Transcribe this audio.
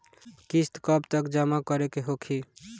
किस्त कब तक जमा करें के होखी?